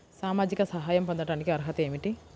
సామాజిక సహాయం పొందటానికి అర్హత ఏమిటి?